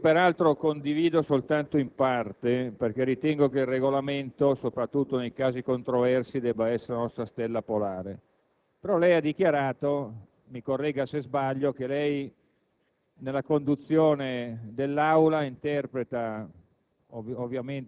Presidente, lei poc'anzi ha detto qualcosa che condivido solo in parte, perché ritengo che il Regolamento, soprattutto nei casi controversi, debba essere la nostra Stella polare. Lei ha dichiarato - mi corregga se sbaglio - che nella